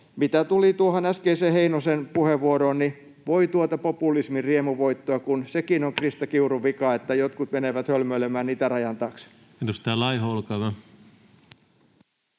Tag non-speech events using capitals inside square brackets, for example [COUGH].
Mitä tuli tuohon äskeiseen Heinosen puheenvuoroon, niin voi tuota populismin riemuvoittoa, kun sekin on Krista Kiurun vika, [NOISE] että jotkut menevät hölmöilemään itärajan taakse.